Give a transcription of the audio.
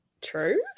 true